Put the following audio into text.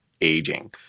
aging